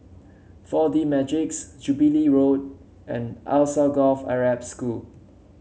Four D Magix Jubilee Road and Alsagoff Arab School